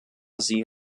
sie